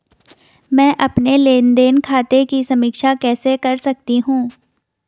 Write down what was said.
मैं अपने लेन देन खाते की समीक्षा कैसे कर सकती हूं?